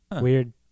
Weird